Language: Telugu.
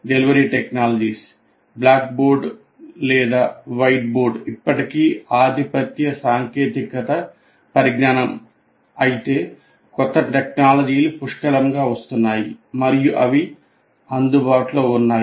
డెలివరీ టెక్నాలజీస్ బ్లాక్ బోర్డ్ లేదా వైట్బోర్డ్ ఇప్పటికీ ఆధిపత్య సాంకేతిక పరిజ్ఞానం అయితే కొత్త టెక్నాలజీలు పుష్కలంగా వస్తున్నాయి మరియు అవి అందుబాటులో ఉన్నాయి